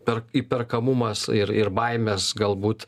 per įperkamumas ir ir baimes galbūt